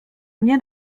mnie